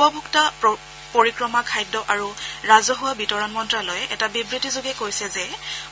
উপভোক্তা পৰিক্ৰমা খাদ্য আৰু ৰাজহুৱা বিতৰণ মন্ত্ৰালয়ে এটা বিবৃতি যোগে কৈছে যে